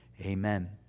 Amen